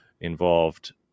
involved